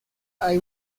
hay